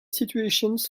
situations